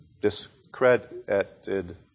discredited